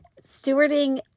stewarding